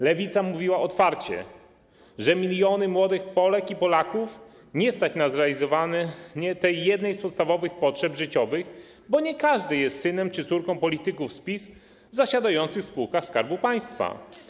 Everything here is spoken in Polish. Lewica mówiła otwarcie, że milionów młodych Polek i Polaków nie stać na zrealizowanie tej jednej z podstawowych potrzeb życiowych, bo nie każdy jest synem czy córką polityków z PiS zasiadających w spółkach Skarbu Państwa.